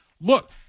look